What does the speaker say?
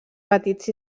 petits